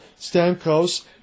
Stamkos